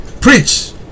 preach